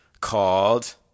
called